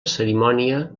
cerimònia